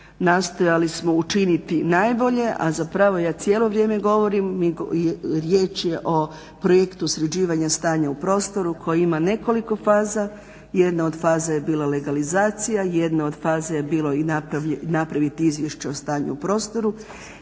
nastojali smo učiniti najbolje, a zapravo ja cijelo vrijeme govorim, riječ je o projektu sređivanja stanja u prostoru koji ima nekoliko faza. Jedna od faza je bila legalizacija, jedna od faza je bilo i napraviti Izvješće o stanju u prostoru,